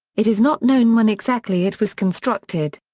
it is not known when exactly it was constructed.